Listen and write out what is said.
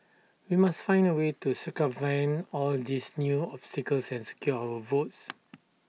we must find A way to circumvent all these new obstacles and secure our votes